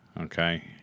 Okay